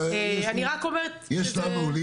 של ההיוועדות החזותית.